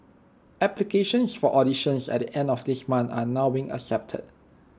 applications for auditions at the end of this month are now being accepted